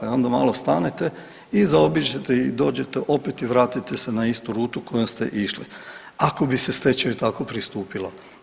I onda malo stanete i zaobiđete i dođete opet i vratite se na istu rutu kojom ste išli ako bi se stečaju tako pristupilo.